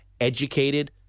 educated